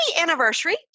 anniversary